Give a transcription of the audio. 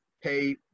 pay